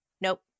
Nope